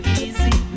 easy